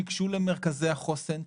שייגשו למרכזי החוסן,